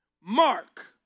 Mark